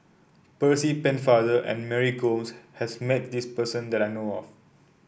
Percy Pennefather and Mary Gomes has met this person that I know of